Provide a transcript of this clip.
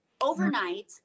overnight